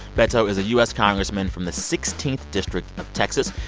beto is a u s. congressman from the sixteenth district of texas.